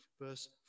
verse